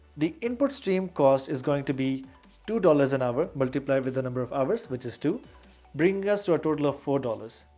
the input stream cost is going to be dollars an hour, multiply with the number of hours, which is to bring us to a total of four dollars.